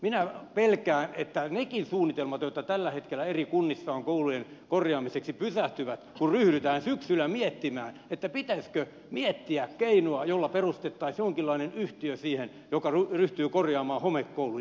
minä pelkään että nekin suunnitelmat joita tällä hetkellä eri kunnissa on koulujen korjaamiseksi pysähtyvät kun ryhdytään syksyllä miettimään pitäisikö miettiä keinoa jolla perustettaisiin jonkinlainen yhtiö joka ryhtyy korjaamaan homekouluja